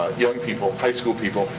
young people, high school people,